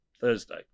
Thursday